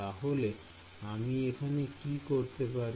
তাহলে আমি এখানে কি করতে পারি